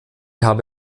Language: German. habe